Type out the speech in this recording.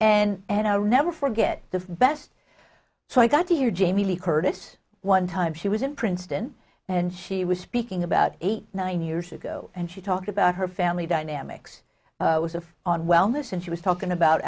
generations and i'll never forget the best so i got to hear jamie lee curtis one time she was in princeton and she was speaking about eight nine years ago and she talked about her family dynamics was of on wellness and she was talking about